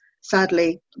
sadly